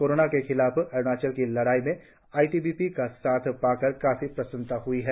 corona के खिलाफ अरुणाचल की लड़ाई में आई टी बी पी का साथ पाकर काफी प्रसन्नता हई है